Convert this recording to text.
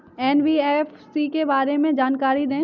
NBFC के बारे में जानकारी दें?